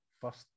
first